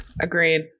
Agreed